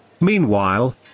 Meanwhile